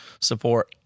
support